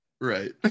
right